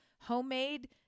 homemade